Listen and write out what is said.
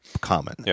common